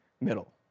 middle